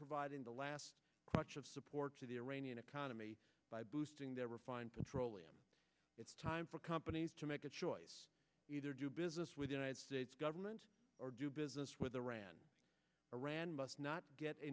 providing the last watch of support to the iranian economy by boosting their refined petroleum it's time for companies to make a choice either do business with united states government or do business with iran iran must not get a